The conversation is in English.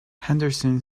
henderson